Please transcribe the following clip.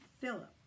Philip